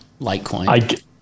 Litecoin